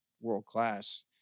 world-class